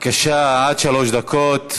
בבקשה, עד שלוש דקות.